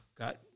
got